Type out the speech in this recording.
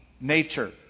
nature